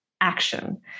action